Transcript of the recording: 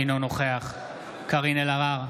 אינו נוכח קארין אלהרר,